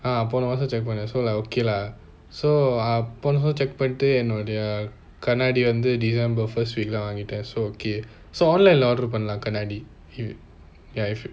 பொன மாசம்pona maasam check பன்னேன்:pannaen so like okay lah so அப்பவே:appavae check பன்னிட்டு என்னொடைய கன்னாடி வந்து:pannitu ennodaiya kannadi vanthu december first week lah வாங்கிட்டேன்:vangitaen so okay so online lah order பன்னலாம் கன்னாடி:panalaam kannadi here if